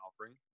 offering